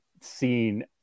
seen